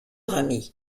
rami